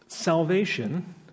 Salvation